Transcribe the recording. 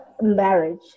marriage